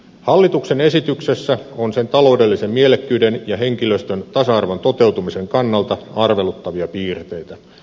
hallituksen esityksessä on sen taloudellisen mielekkyyden ja henkilöstön tasa arvon toteutumisen kannalta arveluttavia piirteitä